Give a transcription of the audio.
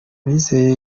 bizeye